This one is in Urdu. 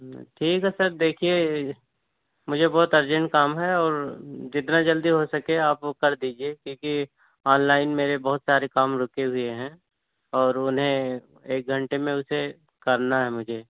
ٹھیک ہے سر دیکھیے مجھے بہت ارجینٹ کام ہے اور جتنا جلدی ہو سکے آپ وہ کر دیجیے کیونکہ آن لائن میرے بہت سارے کام رکے ہوئے ہیں اور انہیں ایک گھنٹے میں اسے کرنا ہے مجھے